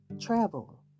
Travel